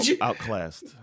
outclassed